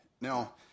Now